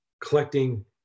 collecting